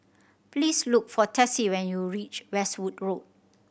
please look for Tessie when you reach Westwood Road